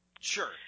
Sure